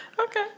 Okay